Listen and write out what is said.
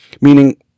Meaning